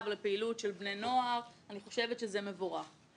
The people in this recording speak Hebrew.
לפעילות של בני נוער אני חושבת שזה מבורך.